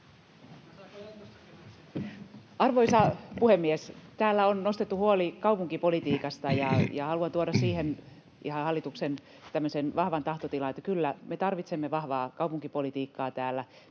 Arvoisa puhemies! Täällä on nostettu huoli kaupunkipolitiikasta, ja haluan tuoda siihen ihan hallituksen tämmöisen vahvan tahtotilan, että kyllä, me tarvitsemme vahvaa kaupunkipolitiikkaa täällä,